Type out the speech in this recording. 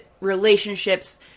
relationships